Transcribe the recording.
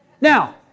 Now